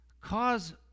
cause